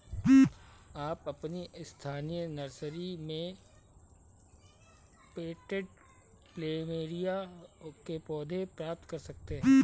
आप अपनी स्थानीय नर्सरी में पॉटेड प्लमेरिया के पौधे प्राप्त कर सकते है